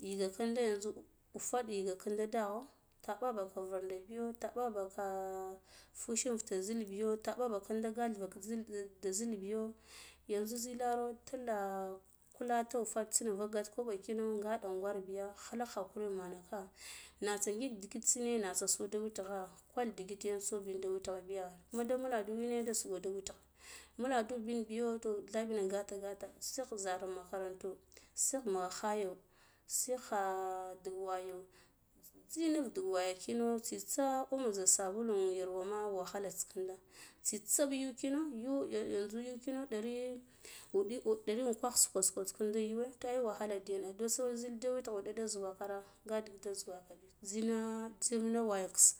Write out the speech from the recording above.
Yiga kinda yanzu ufaɗe yiga kinda dagho tobagaka virindo biyo taɓaka-fushi in futa zil biya tabako ƙinda galva da zil biyo yanzu zilaro tila kuleta ufad tsina unrale gata kobo kino nga nɗin gwar biya halak hakuri manaka natsa ngik ndigite natsa so so da witgha kwa digit yan sobiy da witgha kuma nda ɓulendu mine da so witgla mɓuladun bin biyo toh dlala ina gata gata sigh zara in makaranto sigh mugha khayo sighe dig wayo tsinin dig wayo kino tsitsa omoja sebulu in bu yarwana wahala tsin kinda tsitsa yuw kino yuw yanzu kinda dari unɗi ungwagha suko suko ginda yuwe toh wodda ding ai da so zil di witgha uɗa da zuwa kara nga digit da zuwa ka big zina tsif da wayana kisll